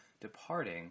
departing